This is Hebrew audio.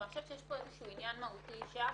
אבל אני חושבת שיש פה עניין מהותי שאגב,